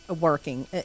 working